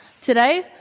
Today